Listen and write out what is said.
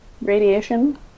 radiation